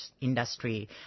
industry